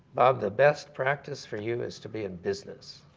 bob, the best practice for you is to be in business,